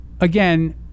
again